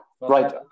Right